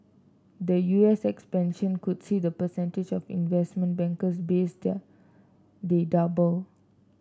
the U S expansion could see the percentage of investment bankers based there double